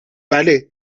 بله